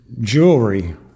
jewelry